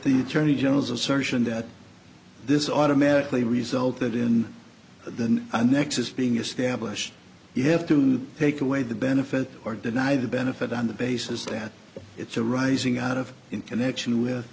the attorney general's assertion that this automatically resulted in than the nexus being established you have to take away the benefits or deny the benefit on the basis that it's a rising out of in connection with